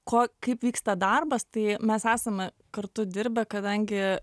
ko kaip vyksta darbas tai mes esame kartu dirbę kadangi